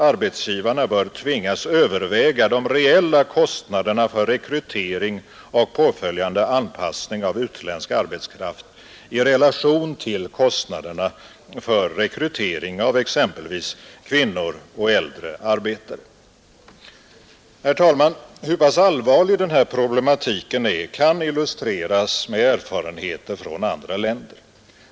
Arbetsgivarna bör tvingas överväga de reella kostnaderna för rekrytering och påföljande anpassning av utländsk arbetskraft i relation till kostnaderna för rekrytering av exempelvis kvinnor och äldre arbetare. Herr talman! Hur allvarlig denna problematik är kan illustreras med erfarenheter från andra länder.